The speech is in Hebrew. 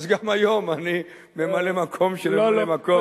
אז גם היום אני ממלא-מקום של ממלא-מקום,